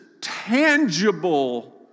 tangible